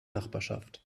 nachbarschaft